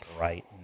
right